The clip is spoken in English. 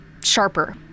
sharper